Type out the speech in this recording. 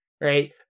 right